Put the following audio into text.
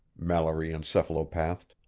mallory encephalopathed.